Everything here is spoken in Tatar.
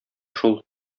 шул